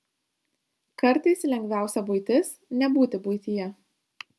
kartais lengviausia buitis nebūti buityje